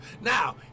Now